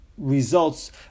results